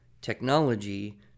technology